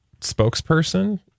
spokesperson